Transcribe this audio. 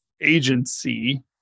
agency